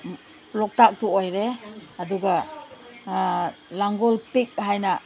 ꯂꯣꯛꯇꯥꯛꯇꯨ ꯑꯣꯏꯔꯦ ꯑꯗꯨꯒ ꯂꯥꯡꯒꯣꯜ ꯄꯤꯛ ꯍꯥꯏꯅ